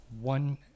one